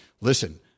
listen